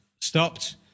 stopped